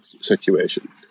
situation